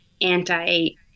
anti